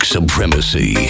Supremacy